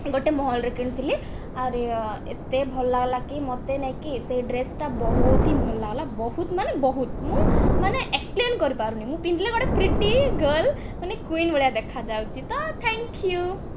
ଗୋଟେ ମହଲରେ କିଣିଥିଲି ଆରେ ୟା ଏତେ ଭଲ ଲାଗ୍ଲା କି ମୋତେ ନେଇକି ସେ ଡ୍ରେସଟା ବହୁତ ହିଁ ଭଲ ଲାଗ୍ଲା ବହୁତ ମାନେ ବହୁତ ମୁଁ ମାନେ ଏକ୍ସପ୍ଲେନ କରିପାରୁନି ମୁଁ ପିନ୍ଧିଲେ ଗୋଟେ ପ୍ରିଟି ଗର୍ଲ ମାନେ କୁଇନ୍ ଭଳିଆ ଦେଖାଯାଉଛି ତ ଥ୍ୟାଙ୍କ ୟୁ